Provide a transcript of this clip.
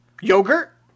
Yogurt